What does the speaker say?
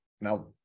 Now